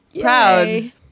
Proud